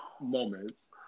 moments